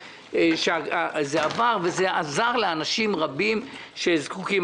ולכן זה עבר ועזר לאנשים רבים שזקוקים לכך.